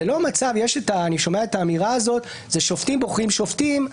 אני שומע את האמירה הזאת: שופטים בוחרים שופטים,